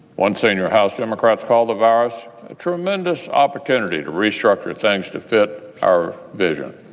one senior house democrat called the virus a tremendous opportunity to restructure things to fit our vision.